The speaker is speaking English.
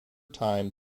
time